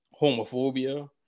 homophobia